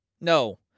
No